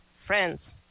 friends